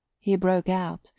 he broke out,